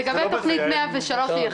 הוא אמור היום לאשר את ה-125 שנתקעו.